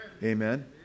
Amen